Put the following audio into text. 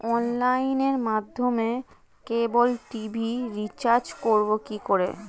অনলাইনের মাধ্যমে cable TV recharge করব কি করে?